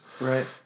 right